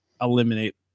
eliminate